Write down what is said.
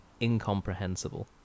incomprehensible